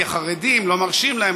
כי החרדים לא מרשים להם,